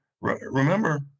Remember